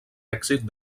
èxit